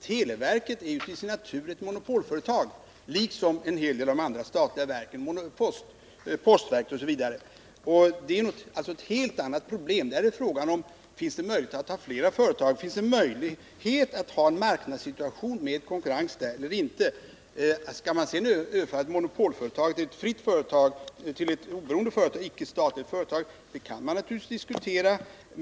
Televerket är ju till sin natur ett monopolföretag, liksom en hel del andra statliga verk — postverket osv. Det är alltså ett helt annat problem. Här är frågan: Finns det möjlighet att ha flera företag? Finns det möjlighet att ha en marknadssituation med konkurrens eller inte? Skall man sedan överföra ett monopolföretag till ett oberoende, icke statligt företag, så kan man naturligtvis diskutera det.